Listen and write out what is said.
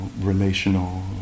relational